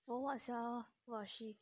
for what sia !whoa! she